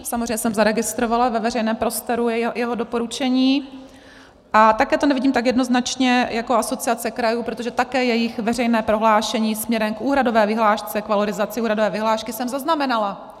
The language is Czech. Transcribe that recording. Samozřejmě jsem zaregistrovala ve veřejném prostoru jeho doporučení a také to nevidím tak jednoznačně jako Asociace krajů, protože také jejich veřejné prohlášení směrem k úhradové vyhlášce, k valorizaci úhradové vyhlášky, jsem zaznamenala.